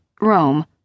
Rome